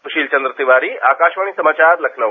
सुशील चन्द्र तिवारी आकाशवाणी समाचार लखनऊ